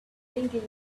ringing